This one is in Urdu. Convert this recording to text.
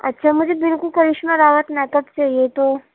اچھا مجھے بالکل کرشمہ راوت میک اپ چاہیے تو